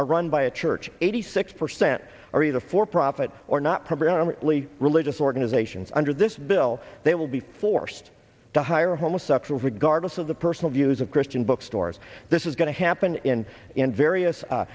are run by a church eighty six percent are either for profit or not probably i'm only religious organizations under this bill they will be forced to hire homosexuals regardless of the personal views of christian bookstores this is going to happen in in various